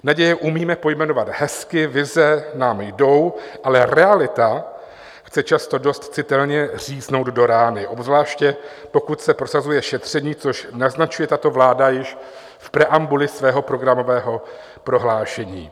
Naděje umíme pojmenovat hezky, vize nám jdou, ale realita chce často dost citelně říznout do rány, obzvláště pokud se prosazuje šetření, což naznačuje tato vláda již v preambuli svého programového prohlášení.